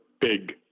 big